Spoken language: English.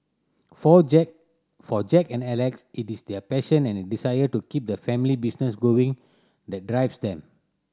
for Jack for Jack and Alex it is their passion and desire to keep the family business going that drives them